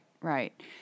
right